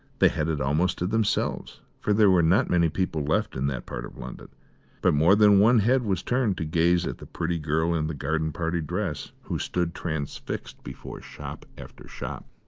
they had it almost to themselves, for there were not many people left in that part of london but more than one head was turned to gaze at the pretty girl in the garden-party dress, who stood transfixed before shop after shop.